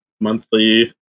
monthly